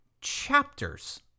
chapters